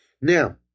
Now